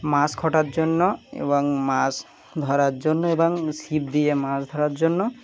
মাছ কাটার জন্য এবং মাছ ধরার জন্য এবং ছিপ দিয়ে মাছ ধরার জন্য